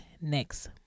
next